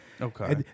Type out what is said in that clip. Okay